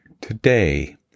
today